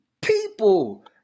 People